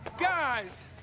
Guys